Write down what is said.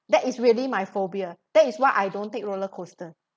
that is really my phobia that is what I don't take roller coaster